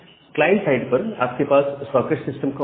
client side पर आपके पास सॉकेट सिस्टम कॉल है